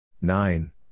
Nine